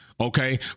Okay